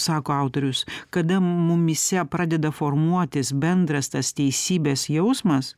sako autorius kada mumyse pradeda formuotis bendras tas teisybės jausmas